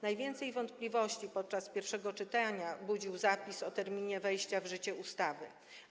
Najwięcej wątpliwości podczas pierwszego czytania budził zapis o terminie wejścia ustawy w życie.